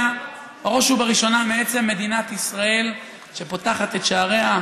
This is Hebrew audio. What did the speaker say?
בראש ובראשונה מעצם זה מדינת ישראל פתחה את שעריה,